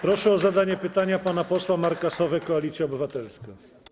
Proszę o zadanie pytania pana posła Marka Sowę, Koalicja Obywatelska.